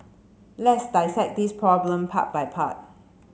let's dissect this problem part by part